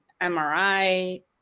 MRI